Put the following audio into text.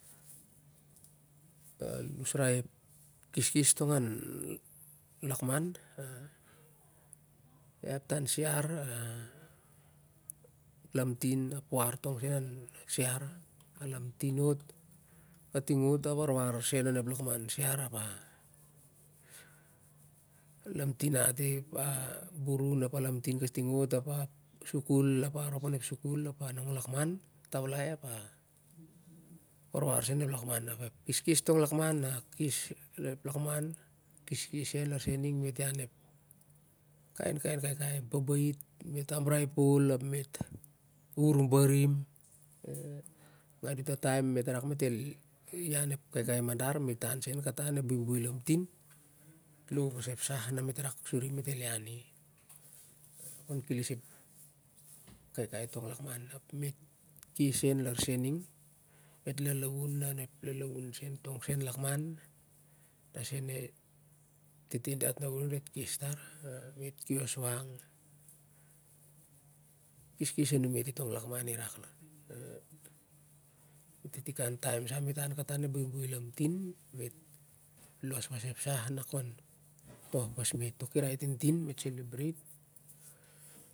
Al usrai ep kes kes tong an lakmaa ia ep tan siar a lamtin a puar tong sen an siar a lamtin ot kating ot ap a warwar sen onep warwar siar ap a lamtia ati apa burun ap a lamtin kating ot ap a sukul ap a arop onep sukul ap a nong an lakman ap a tawlai ap a warwar sen onep lakman ap ep keske tong lakman a kes lar ep lakman keskes lar sen ning mit ian ep kainkain kaikai mit baba it mitambrai pol ap mit urbarim ningan totaem mit el ian tok kaikai madar mit an sen kata on ep buibui lamtin ap mit low pasem sah na mit rak suri ap mit el ian i kon keles ep kaikai tong lakman ap mit kes sen larning mit lalaun lar sening mit laun onep lalun tong san lakman ta sen e tata diat na uring diat kes tar a mit kios wang, keskes a numat tong an lakman i raka ning i tktikan sa mit inan kata onep buibui madar o lamtin su kon toh pas mit on to kirai tintin mit selebrat.